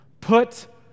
put